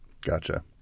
Gotcha